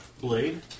Blade